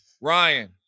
Ryan